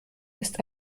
ist